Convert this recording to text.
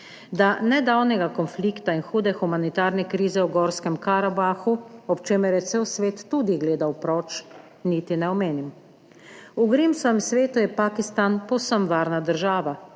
o nedavnega konflikta in hude humanitarne krize v Gorskem Karabahu, ob čemer je cel svet tudi gledal proč, niti ne omenim. V Grimsovem svetu je Pakistan povsem varna država,